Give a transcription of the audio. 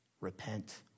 repent